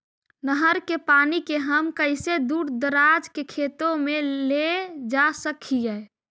नहर के पानी के हम कैसे दुर दराज के खेतों में ले जा सक हिय?